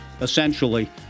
essentially